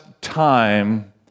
time